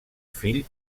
fill